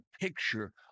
picture